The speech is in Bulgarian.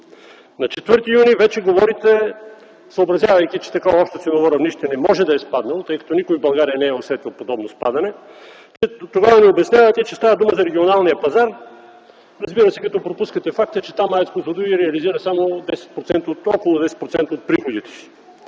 На 4 юни вече говорите, съобразявайки че такова общо ценово равнище не може да е спаднало, тъй като никой в България не е усетил подобно спадане – тогава ни обяснявате, че става дума за регионалния пазар, разбира се, като пропускате факта, че там АЕЦ „Козлодуй” реализира само около 10% от приходите си.